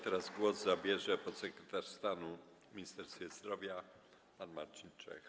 Teraz głos zabierze podsekretarz stanu w Ministerstwie Zdrowia pan Marcin Czech.